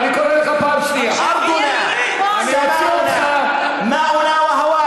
צחה: (אומר בערבית: האדמה שלנו.) אנחנו נסתום לכם אותו.